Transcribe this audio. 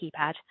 keypad